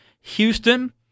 Houston